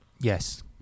Yes